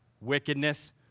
wickedness